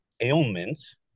ailments